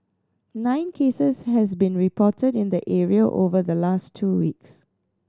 nine cases has been reported in the area over the last two weeks